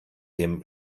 dem